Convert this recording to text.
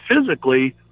physically